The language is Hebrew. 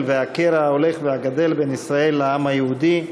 והקרע ההולך וגדל בין ישראל לעם היהודי.